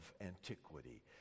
antiquity